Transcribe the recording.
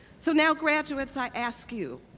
so now graduates, i ask you,